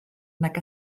nag